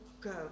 go